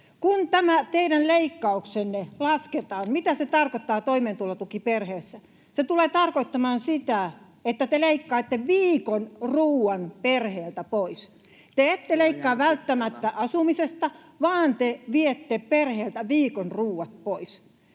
Kun tämä teidän leikkauksenne lasketaan, niin mitä se tarkoittaa toimeentulotukiperheessä? Se tulee tarkoittamaan sitä, että te leikkaatte viikon ruoat perheeltä pois. Te ette leikkaa välttämättä asumisesta, vaan te viette perheeltä viikon ruoat pois.